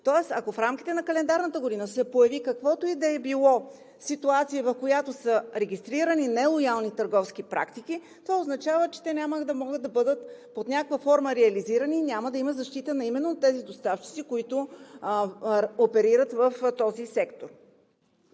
Тоест, ако в рамките на календарната година се появи каквато и да било ситуация, в която са регистрирани нелоялни търговски практики, това означава, че те под някаква форма няма да могат да бъдат реализирани и няма да има защита именно на доставчиците, които оперират в този сектор.